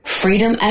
freedom